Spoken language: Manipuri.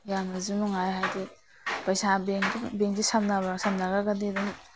ꯌꯥꯝꯅꯁꯨ ꯅꯨꯡꯉꯥꯏ ꯍꯥꯏꯗꯤ ꯄꯩꯁꯥ ꯕꯦꯡꯀꯤ ꯕꯦꯡꯁꯤ ꯁꯝꯅꯕ ꯁꯝꯅꯈ꯭ꯔꯒꯗꯤ ꯑꯗꯨꯝ